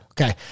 Okay